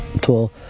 Tool